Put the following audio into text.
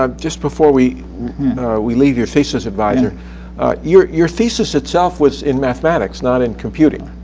um just before we we leave your thesis advisor your your thesis itself was in mathematics, not in computing,